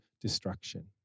destruction